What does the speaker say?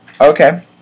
Okay